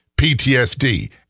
PTSD